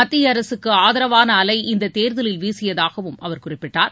மத்திய அரசுக்கு ஆதரவான அலை இந்தத் தேர்தலில் வீசியதாகவும் அவர் குறிப்பிட்டார்